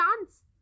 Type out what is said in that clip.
chance